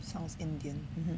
sounds indian